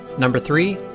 number three,